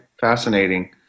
fascinating